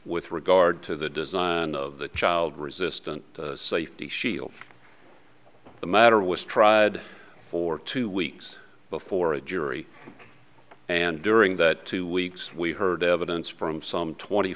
with regard to the design of the child resistant safety shield the matter was tried for two weeks before a jury and during that two weeks we heard evidence from some twenty